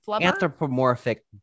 anthropomorphic